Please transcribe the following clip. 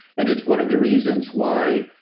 and it's one of the reasons why